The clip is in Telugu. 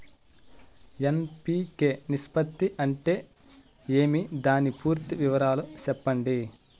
ఎన్.పి.కె నిష్పత్తి అంటే ఏమి దాని పూర్తి వివరాలు సెప్పండి?